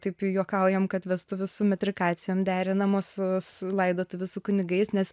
taip juokaujam kad vestuvių su metrikacijom derinamos laidotuvių su kunigais nes